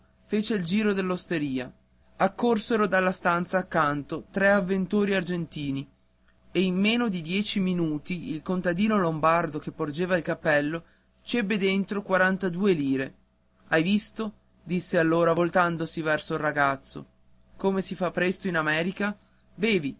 fece il giro dell'osteria accorsero dalla stanza accanto tre avventori argentini e in meno di dieci minuti il contadino lombardo che porgeva il cappello ci ebbe dentro quarantadue lire hai visto disse allora voltandosi verso il ragazzo come si fa presto in america bevi